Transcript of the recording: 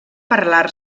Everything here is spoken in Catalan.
parlar